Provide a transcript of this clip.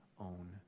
own